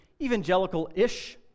evangelical-ish